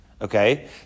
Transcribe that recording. Okay